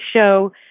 show